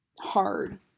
hard